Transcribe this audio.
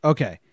Okay